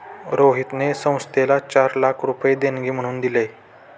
रोहितने संस्थेला चार लाख रुपये देणगी म्हणून दिले